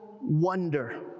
wonder